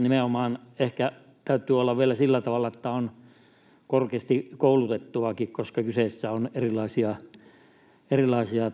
nimenomaan vielä sillä tavalla, että on korkeasti koulutettuakin, koska kyseessä on erilaisia